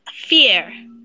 fear